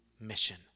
Mission